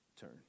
turn